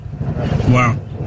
Wow